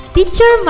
Teacher